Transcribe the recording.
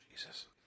Jesus